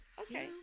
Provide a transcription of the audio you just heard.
Okay